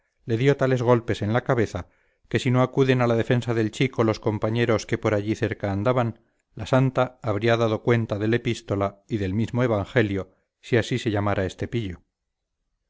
le dio tales golpes en la cabeza que si no acuden a la defensa del chico los compañeros que por allí cerca andaban la santa habría dado cuenta del epístola y del mismo evangelio si así se llamara este pillo